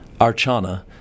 Archana